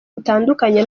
butandukanye